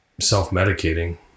self-medicating